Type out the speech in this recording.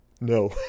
No